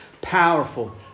powerful